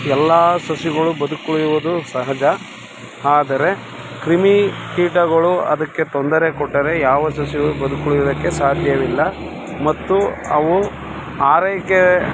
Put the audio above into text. ಎಲ್ಲ ಸಸಿಗಳು ಬದುಕುಳಿಯುವುದು ಸಹಜ ಆದರೆ ಕ್ರಿಮಿ ಕೀಟಗಳು ಅದಕ್ಕೆ ತೊಂದರೆ ಕೊಟ್ಟರೆ ಯಾವ ಸಸಿಯೂ ಬದುಕುಳಿಯುವುದಕ್ಕೆ ಸಾಧ್ಯವಿಲ್ಲ ಮತ್ತು ಅವು ಆರೈಕೆ